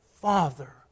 Father